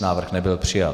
Návrh nebyl přijat.